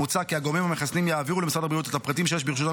מוצע כי הגורמים המחסנים יעבירו למשרד הבריאות את הפרטים שיש ברשותם